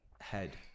head